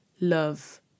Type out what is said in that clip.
love